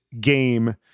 game